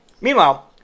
Meanwhile